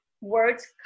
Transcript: words